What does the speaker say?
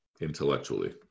intellectually